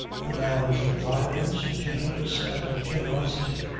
the man of violence, gentleness and generosity,